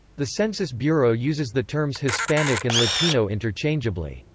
the census bureau uses the terms hispanic and latino interchangeably.